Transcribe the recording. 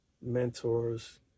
mentors